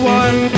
one